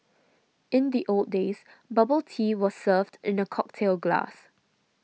in the old days bubble tea was served in a cocktail glass